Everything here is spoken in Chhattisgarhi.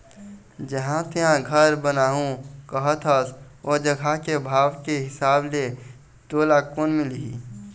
जिहाँ तेंहा घर बनाहूँ कहत हस ओ जघा के भाव के हिसाब ले तोला लोन मिलही